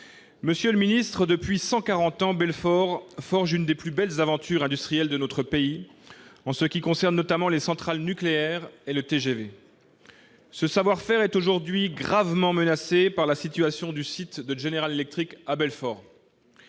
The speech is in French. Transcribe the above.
Monsieur le ministre, depuis 140 ans, Belfort forge une des plus belles aventures industrielles de notre pays : il s'agit notamment des centrales nucléaires et du TGV. Ce savoir-faire est aujourd'hui gravement menacé par la situation du site de General Electric à Belfort.